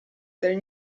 del